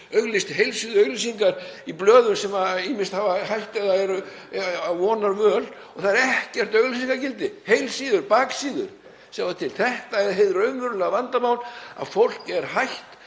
auglýst heilsíðuauglýsingar í blöðum sem ýmist hafa hætt eða eru á vonarvöl og það er ekkert auglýsingagildi — heilsíður, baksíður. Sjáðu til. Þetta er hið raunverulega vandamál að fólk er hætt